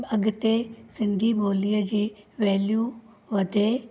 अॻिते सिंधी ॿोलीअ जी वैल्यू वधे